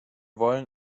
wollen